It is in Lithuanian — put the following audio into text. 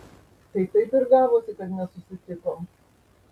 tai taip ir gavosi kad nesusitikom